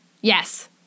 Yes